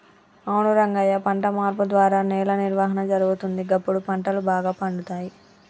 అవును రంగయ్య పంట మార్పు ద్వారా నేల నిర్వహణ జరుగుతుంది, గప్పుడు పంటలు బాగా పండుతాయి